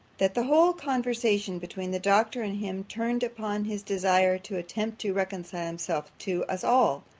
that the whole conversation between the doctor and him turned upon his desire to attempt to reconcile himself to us all,